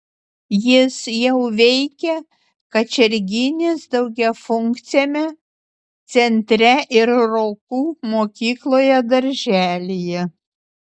jis jau veikia kačerginės daugiafunkciame centre ir rokų mokykloje darželyje